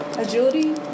Agility